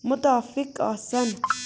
مُتافِق آسَن